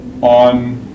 on